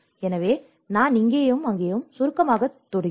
எனவே நான் இங்கேயும் அங்கேயும் சுருக்கமாகத் தொடுகிறேன்